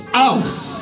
house